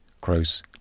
gross